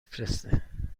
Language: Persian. فرسته